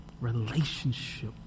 relationship